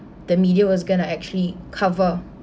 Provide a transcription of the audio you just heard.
the media was going to actually cover